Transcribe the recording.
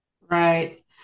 Right